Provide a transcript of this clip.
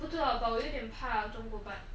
不知道 but 我有一点怕中国 but